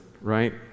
right